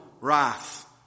wrath